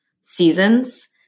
seasons